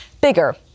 bigger